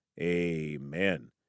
amen